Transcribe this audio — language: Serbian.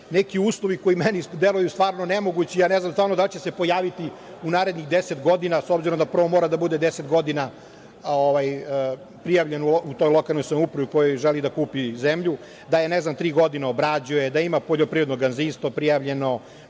neki uslovi koji meni deluju stvarno nemogući. Ne znam da li će se pojaviti u narednih 10 godina, s obzirom da prvo mora da bude 10 godina prijavljen u toj lokalnoj samoupravi u kojoj želi da kupi zemlju, da je, ne znam, tri godine obrađuje, da ima prijavljeno poljoprivredno